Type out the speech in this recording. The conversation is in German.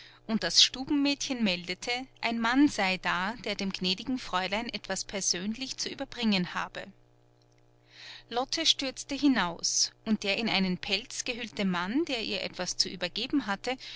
und das stubenmädchen meldete ein mann sei da der dem gnädigen fräulein etwas persönlich zu überbringen habe lotte stürzte hinaus und der in einen pelz gehüllte mann der ihr etwas zu übergeben hatte